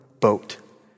boat